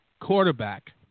quarterback